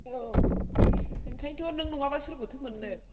औ ओंखायनथ' नों नङाब्ला सोरखौथो मोननो